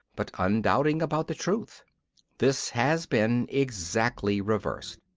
but undoubting about the truth this has been exactly reversed.